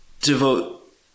devote